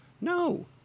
No